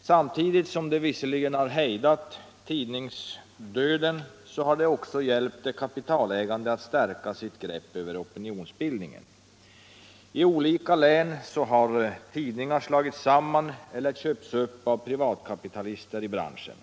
Samtidigt som det visserligen har hejdat tidningsdöden har det också hjälpt de kapitalägande att stärka sitt grepp över opinionsbildningen. I olika län har tidningar slagits samman eller köpts upp av privatkapitalister i branschen.